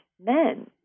men